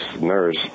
nurse